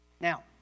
Now